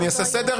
אני אעשה סדר,